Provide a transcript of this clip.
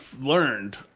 learned